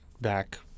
back